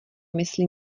mysli